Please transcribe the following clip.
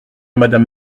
madame